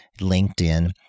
LinkedIn